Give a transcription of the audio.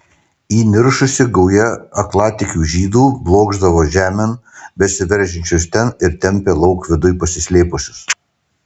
įniršusi gauja aklatikių žydų blokšdavo žemėn besiveržiančius ten ir tempė lauk viduj pasislėpusius